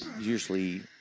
usually